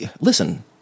listen